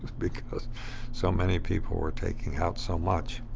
because so many people were taking out so much.